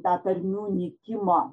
tą tarmių nykimo